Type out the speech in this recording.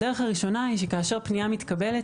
הדרך הראשונה היא שכאשר פנייה מתקבלת,